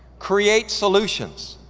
create solutions,